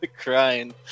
crying